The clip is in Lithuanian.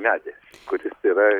medį kuris yra